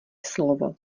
slovo